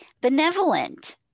benevolent